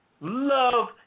Love